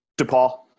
DePaul